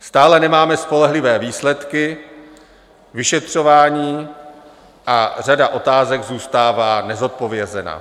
Stále nemáme spolehlivé výsledky vyšetřování a řada otázek zůstává nezodpovězená.